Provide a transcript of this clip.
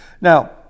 Now